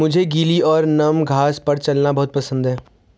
मुझे गीली और नम घास पर चलना बहुत पसंद है